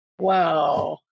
wow